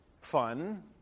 fun